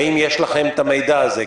האם יש לכם את המידע הזה?